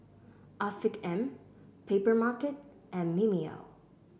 Afiq M Papermarket and Mimeo